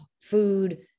food